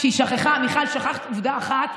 מיכל, שכחת עובדה אחת,